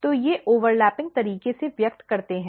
तो ये अतिव्यापी तरीके से व्यक्त करते हैं